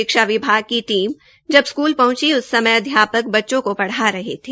शिक्षा विभाग की टीम जब स्कूल पह्ंची उस समय अध्यापक बच्चों को पढ़ा रहे थे